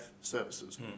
services